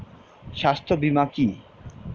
স্বাস্থ্য বীমা কি?